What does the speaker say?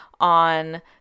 on